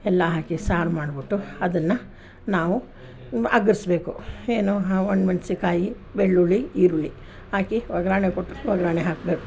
ಎಲ್ಲ ಹಾಕಿ ಸಾರು ಮಾಡಿಬಿಟ್ಟು ಅದನ್ನು ನಾವು ಏನು ಹಾಂ ಒಣ ಮೆಣಸಿನ್ಕಾಯಿ ಬೆಳ್ಳುಳ್ಳಿ ಈರುಳ್ಳಿ ಹಾಕಿ ಒಗ್ಗರಣೆ ಕೊಟ್ಟು ಒಗ್ಗರಣೆ ಹಾಕಬೇಕು